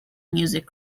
music